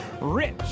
rich